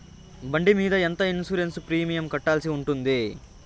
బండి మీద ఎంత ఇన్సూరెన్సు ప్రీమియం కట్టాల్సి ఉంటుంది?